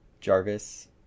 Jarvis